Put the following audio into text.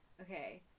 okay